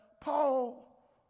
Paul